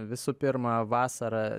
visų pirma vasarą